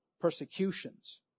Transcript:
persecutions